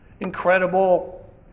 Incredible